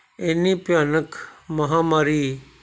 ਇੰਨੀ ਭਿਆਨਕ ਮਹਾਂਮਾਰੀ